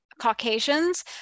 Caucasians